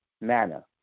manner